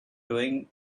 doing